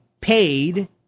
paid